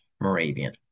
Moravian